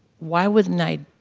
why wasn't i.